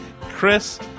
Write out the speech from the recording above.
Chris